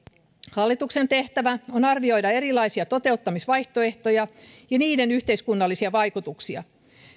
hallituksen tehtävä on arvioida erilaisia toteuttamisvaihtoehtoja ja niiden yhteiskunnallisia vaikutuksia